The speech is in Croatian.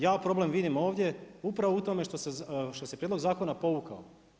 Ja problem vidim ovdje upravo u tome što se prijedlog zakona povukao.